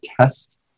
test